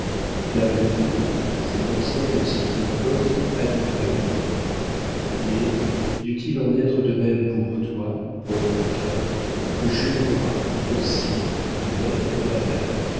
la beauté cette enseigne si trompeuse a dit vrai pour moi mais dût-il en être de même pour toi pauvre enfant jure-moi que si de même que ta mère